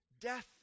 death